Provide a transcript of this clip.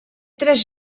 tres